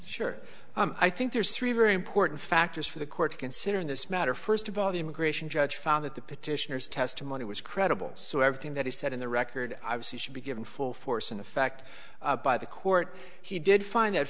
sure i think there's three very important factors for the court to consider in this matter first of all the immigration judge found that the petitioner's testimony was credible so everything that he said in the record i was he should be given full force and effect by the court he did find that